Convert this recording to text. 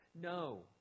No